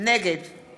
נגד